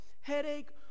headache